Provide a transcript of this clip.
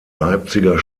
leipziger